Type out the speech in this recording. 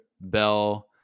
Bell